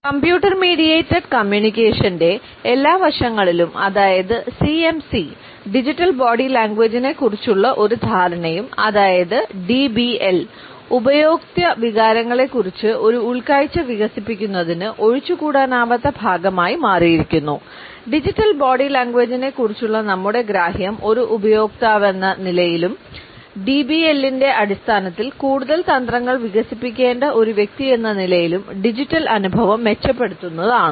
computer mediated കമ്മ്യൂണിക്കേഷന്റെ അടിസ്ഥാനത്തിൽ കൂടുതൽ തന്ത്രങ്ങൾ വികസിപ്പിക്കേണ്ട ഒരു വ്യക്തിയെന്ന നിലയിലും ഡിജിറ്റൽ അനുഭവം മെച്ചപ്പെടുത്തുന്നതാണ്